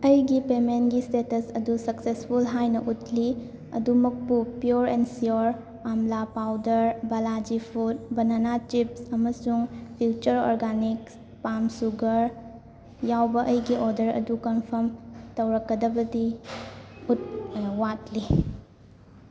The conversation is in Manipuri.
ꯑꯩꯒꯤ ꯄꯦꯃꯦꯟꯒꯤ ꯏꯁꯇꯦꯇꯁ ꯑꯗꯨ ꯁꯛꯁꯦꯁꯐꯨꯜ ꯍꯥꯏꯅ ꯎꯠꯂꯤ ꯑꯗꯨꯃꯛꯄꯨ pure and sure amla powder Balaji food banana chips ꯑꯃꯁꯨꯡ ꯐ꯭ꯌꯨꯆꯔ ꯑꯣꯔꯒꯥꯅꯤꯛꯁ ꯄꯥꯝ ꯁꯨꯒꯔ ꯌꯥꯎꯕ ꯑꯩꯒꯤ ꯑꯣꯗꯔ ꯑꯗꯨ ꯀꯟꯐꯥꯔꯝ ꯇꯧꯔꯛꯀꯗꯕꯗꯤ ꯋꯥꯠꯂꯤ